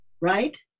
right